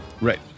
Right